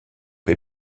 aux